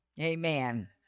Amen